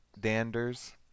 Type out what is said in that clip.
Danders